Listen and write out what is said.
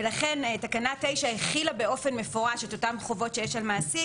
ולכן תקנה 9 החילה במפורש את אותן חובות שיש על מעסיק